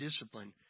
discipline